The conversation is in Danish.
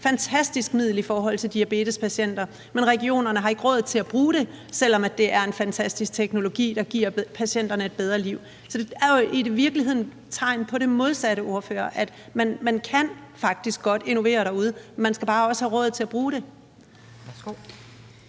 fantastisk middel i forhold til diabetespatienter, men regionerne har ikke råd til at bruge det, selv om det er en fantastisk teknologi, der giver patienterne et bedre liv. Så det er jo i virkeligheden tegn på det modsatte, ordfører, at man faktisk godt kan innovere derude, men man skal bare også have råd til at bruge det.